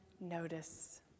notice